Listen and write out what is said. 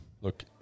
Look